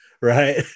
Right